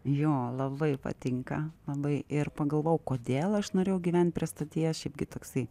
jo labai patinka labai ir pagalvojau kodėl aš norėjau gyvent prie stoties šiaipgi toksai